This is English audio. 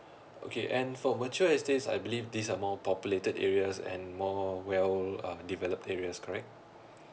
okay and for mature estate I believe this are more populated areas and more well uh developed areas correct